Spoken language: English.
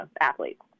athletes